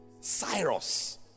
Cyrus